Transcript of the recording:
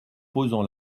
posant